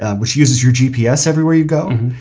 and which uses your gps everywhere you go.